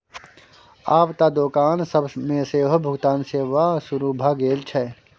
आब त दोकान सब मे सेहो भुगतान सेवा शुरू भ गेल छै